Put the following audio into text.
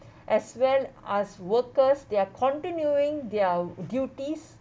as well as workers they're continuing their duties